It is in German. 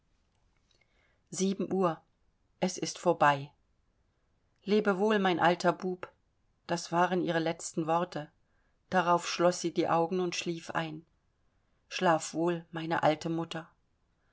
sieben uhr es ist vorbei lebewohl mein alter bub das waren ihre letzten worte darauf schloß sie die augen und schlief ein schlaf wohl meine alte mutter